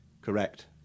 Correct